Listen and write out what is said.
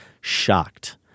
shocked